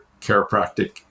chiropractic